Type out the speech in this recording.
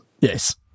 Yes